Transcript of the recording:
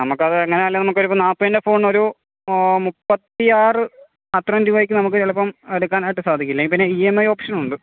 നമുക്ക് അത് എങ്ങനാണേലും നമുക്കൊരിപ്പോൾ നാൽപ്പതിൻ്റെ ഫോൺനൊരു മുപ്പത്തി ആറ് അത്രയും രൂപയ്ക്ക് നമുക്ക് ചിലപ്പം എടുക്കാനായിട്ട് സാധിക്കില്ല എങ്കിൽ പിന്നെ ഇ എം ഐ ഓപഷൻ ഉണ്ട്